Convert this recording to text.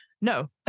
no